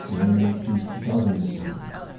and we made peace dozens of times,